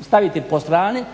staviti po strani